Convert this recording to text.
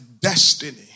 destiny